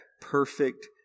perfect